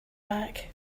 back